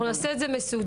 אנחנו נעשה את זה מסודר.